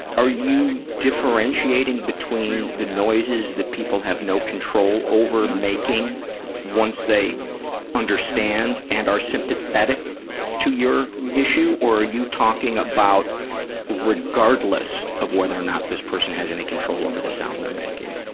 are you differentiating between the noises that people have no control over making once they understand and are sympathetic to your issue, or are you talking about regardless of whether or not this person has any control over the sound they're making?